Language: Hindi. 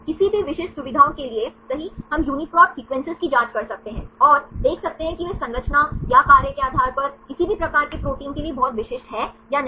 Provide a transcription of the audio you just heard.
किसी भी विशिष्ट सुविधाओं के लिए सही हम UniProt सीक्वेंसेस की जांच कर सकते हैं और देख सकते हैं कि वे संरचना या कार्य के आधार पर किसी भी प्रकार के प्रोटीन के लिए बहुत विशिष्ट हैं या नहीं